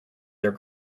their